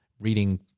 reading